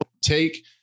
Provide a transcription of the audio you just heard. take